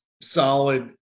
solid